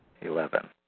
Eleven